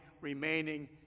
remaining